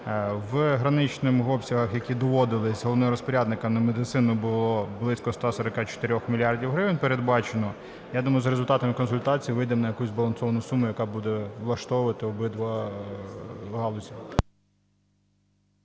в граничних обсягах, які доводились, головним розпорядникам на медицину було близько 144 мільярдів гривень передбачено. Я думаю, за результатами консультацій вийдемо на якусь збалансовану суму, яка буде влаштовувати обидві галузі.